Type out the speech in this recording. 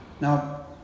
Now